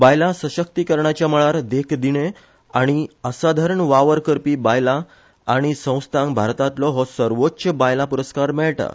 बायला सशक्तीकरणाच्या मळार देखदिणो आनी असाधारण वावर करपी बायला आनी संस्थांक भारतांतलो हो सर्वोच्च बायलां पुरस्कार मेळटा